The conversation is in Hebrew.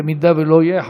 אם לא יהיה,